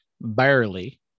Barely